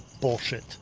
bullshit